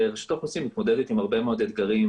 רשות האוכלוסין מתמודדת עם הרבה מאוד אתגרים